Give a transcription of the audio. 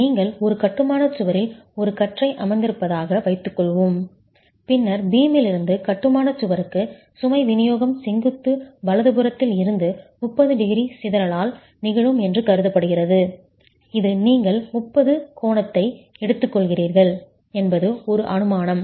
நீங்கள் ஒரு கட்டுமான சுவரில் ஒரு கற்றை அமர்ந்திருப்பதாக வைத்துக்கொள்வோம் பின்னர் பீமிலிருந்து கட்டுமான சுவருக்கு சுமை விநியோகம் செங்குத்து வலதுபுறத்தில் இருந்து 30 டிகிரி சிதறலால் நிகழும் என்று கருதப்படுகிறது இது நீங்கள் 30 கோணத்தை எடுத்துக்கொள்கிறீர்கள் என்பது ஒரு அனுமானம்